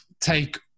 take